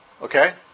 Okay